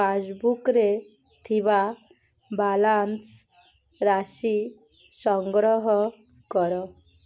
ପାସ୍ବୁକ୍ରେ ଥିବା ବାଲାନ୍ସ ରାଶି ସଂଗ୍ରହ କର